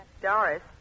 Doris